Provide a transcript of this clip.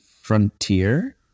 Frontier